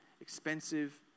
expensive